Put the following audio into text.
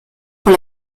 por